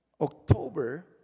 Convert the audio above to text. October